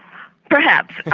perhaps.